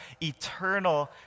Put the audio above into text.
eternal